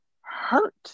hurt